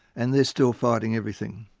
and they're still fighting everything.